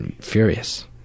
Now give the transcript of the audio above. furious